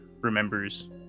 remembers